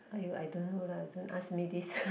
!aiyo! I don't know lah don't ask me this